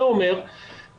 זה אומר שכנראה